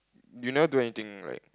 you never do anything like